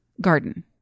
garden